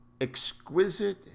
Exquisite